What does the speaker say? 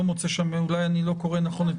לא מוצא שם אולי אני לא קורא נכון את